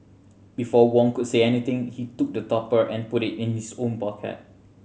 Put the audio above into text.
before Wong could say anything he took the topper and put it in his own pocket